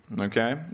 okay